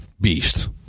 beast